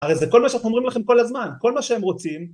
הרי זה כל מה שאתם אומרים לכם כל הזמן, כל מה שהם רוצים...